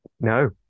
No